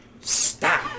Stop